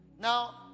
now